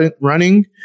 running